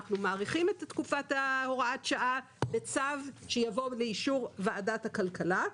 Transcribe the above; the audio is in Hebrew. אנחנו מאריכים את תקופת הוראת השעה לצו שיבוא לאישור ועדת הכלכלה,